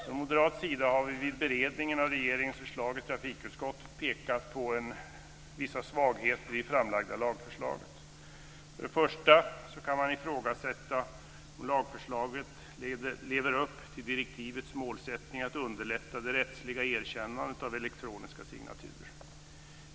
Från moderat sida har vi vid beredningen av regeringens förslag i trafikutskottet pekat på vissa svagheter i det framlagda lagförslaget. För det första kan man ifrågasätta om lagförslaget lever upp till direktivets målsättning att underlätta det rättsliga erkännandet av elektroniska signaturer.